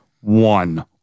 one